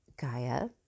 Gaia